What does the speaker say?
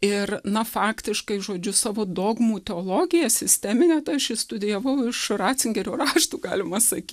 ir na faktiškai žodžiu savo dogmų teologiją sisteminę tai aš išstudijavau iš ratzingerio raštų galima sakyt